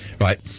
right